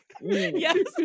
Yes